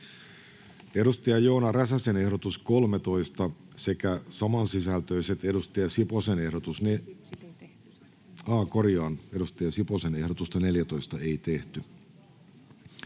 Content: Joona Räsäsen ehdotus 13 sekä samansisältöiset Markus Lohen ehdotus 15,